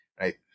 right